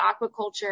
aquaculture